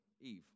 Eve